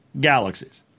galaxies